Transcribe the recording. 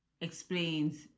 explains